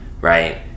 right